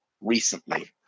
recently